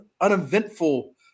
uneventful